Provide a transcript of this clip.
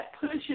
pushes